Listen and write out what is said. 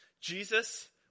Jesus